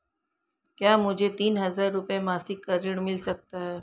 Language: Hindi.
क्या मुझे तीन हज़ार रूपये मासिक का ऋण मिल सकता है?